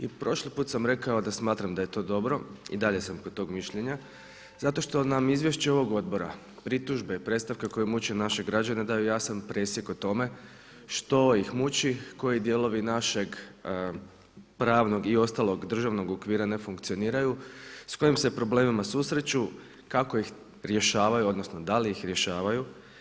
I prošli put sam rekao da smatram da je to dobro i dalje sam kod tog mišljenja zato što nam izvješće ovog odbora pritužbe i predstavke koje muče naše građane daju jasan presjek o tome što ih muči, koji dijelovi našeg pravnog i ostalog državnog okvira ne funkcioniraju, s kojim se problemima susreću, kako ih rješavaju odnosno da li ih rješavaju.